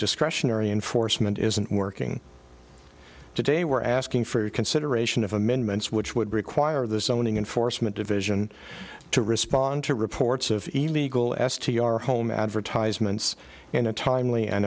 discretionary enforcement isn't working today were asking for consideration of amendments which would require the zoning enforcement division to respond to reports of illegal s t r home advertisements in a timely and